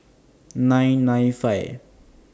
nine nine five